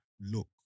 look